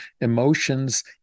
emotions